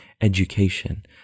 education